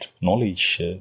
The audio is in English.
knowledge